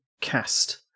cast